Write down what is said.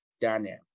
Daniel